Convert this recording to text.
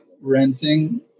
renting